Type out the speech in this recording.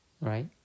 right